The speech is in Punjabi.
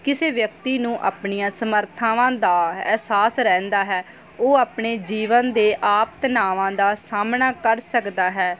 ਕਿਸੇ ਵਿਅਕਤੀ ਨੂੰ ਆਪਣੀਆਂ ਸਮਰਥਾਵਾਂ ਦਾ ਅਹਿਸਾਸ ਰਹਿੰਦਾ ਹੈ ਉਹ ਆਪਣੇ ਜੀਵਨ ਦੇ ਆਪ ਤਨਾਵਾਂ ਦਾ ਸਾਹਮਣਾ ਕਰ ਸਕਦਾ ਹੈ